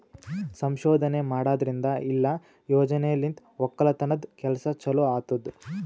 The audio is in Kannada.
ಸಂಶೋಧನೆ ಮಾಡದ್ರಿಂದ ಇಲ್ಲಾ ಯೋಜನೆಲಿಂತ್ ಒಕ್ಕಲತನದ್ ಕೆಲಸ ಚಲೋ ಆತ್ತುದ್